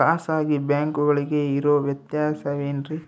ಖಾಸಗಿ ಬ್ಯಾಂಕುಗಳಿಗೆ ಇರೋ ವ್ಯತ್ಯಾಸವೇನ್ರಿ?